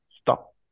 stop